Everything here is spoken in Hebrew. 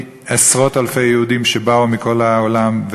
עשרות-אלפי יהודים שבאו מכל העולם,